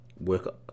work